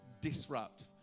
disrupt